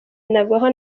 binagwaho